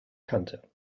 kante